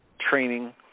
training